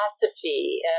philosophy